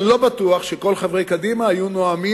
אני לא בטוח שכל חברי קדימה היו נואמים